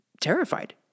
terrified